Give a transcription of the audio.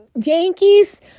Yankees